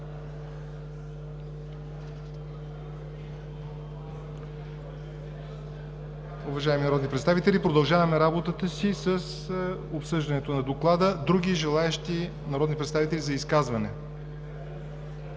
Уважаеми народни представители, продължаваме работата си с обсъждането на Доклада. Други желаещи народни представители за изказване?